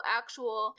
actual